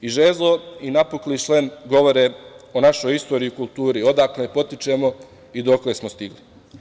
I žezlo i napukli šlem govore o našoj istoriji i kulturi, odakle potičemo i dokle smo stigli.